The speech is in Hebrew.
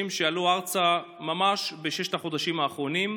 שעלו ארצה ממש בששת החודשים האחרונים.